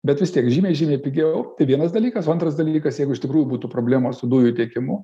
bet vis tiek žymiai žymiai pigiau tai vienas dalykas antras dalykas jeigu iš tikrųjų būtų problemos su dujų tiekimu